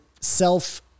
self